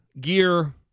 gear